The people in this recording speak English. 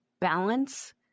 balance